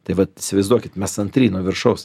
tai vat įsivaizduokit mes antri nuo viršaus